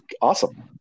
awesome